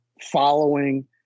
following